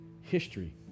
history